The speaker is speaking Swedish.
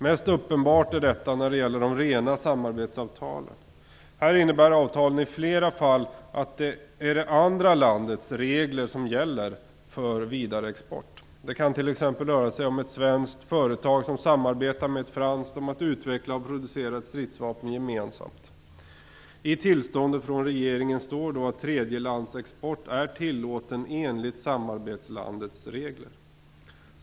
Mest uppenbart är detta när det gäller de rena samarbetsavtalen. I flera fall innebär avtalen att det är det andra landets regler som gäller för vidareexport. Det kan t.ex. röra sig om ett svenskt företag som samarbetar med ett franskt företag om att utveckla och producera ett stridsvapen gemensamt. I tillståndet från regeringen står det att tredjelandsexport är tillåten enligt samarbetslandets regler.